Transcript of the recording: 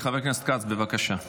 חבר הכנסת כץ, בבקשה.